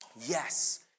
Yes